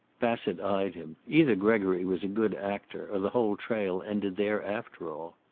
bassett eyed him. either gregory was a good actor, or the whole trail ended there after all.